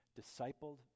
discipled